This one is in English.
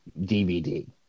DVD